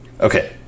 Okay